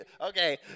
okay